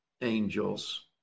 angels